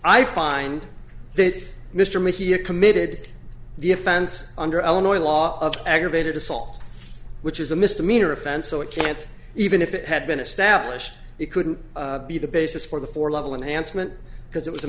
i find that mr makiya committed the offense under illinois law of aggravated assault which is a misdemeanor offense so it can't even if it had been established it couldn't be the basis for the four level enhanced meant because it was a